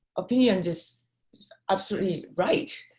opinion just absolutely right.